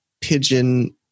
pigeon